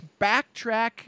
backtrack